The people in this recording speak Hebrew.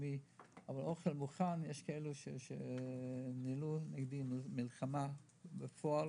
אבל לגבי אוכל מוכן יש מי שניהלו נגדי מלחמה בפועל,